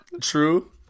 True